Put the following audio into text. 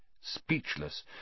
Speechless